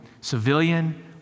civilian